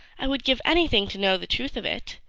i would give anything to know the truth of it.